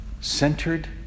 centered